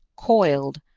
coiled,